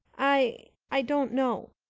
i i don't know.